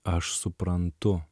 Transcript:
aš suprantu